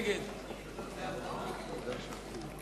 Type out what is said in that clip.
הצעת סיעת בל"ד